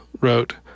wrote